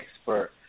expert